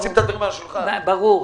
ברור.